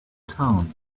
town